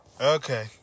Okay